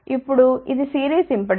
ఇప్పుడు ఇది series impedance